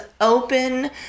open